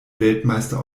weltmeister